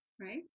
right